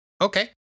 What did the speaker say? Okay